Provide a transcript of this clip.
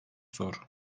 zor